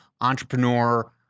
entrepreneur